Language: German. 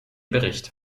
bericht